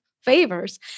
favors